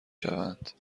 شوند